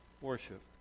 Worship